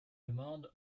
demande